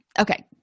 Okay